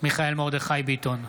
מיכאל מרדכי ביטון,